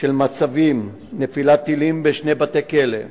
מצבים: נפילת טילים בשני בתי-כלא,